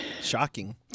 Shocking